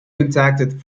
contacted